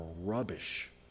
rubbish